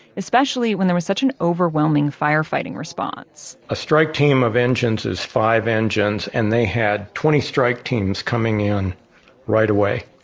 especially when there was such an overwhelming firefighting response. a strike team of engines is five engines and they had twenty strike teams coming in right away.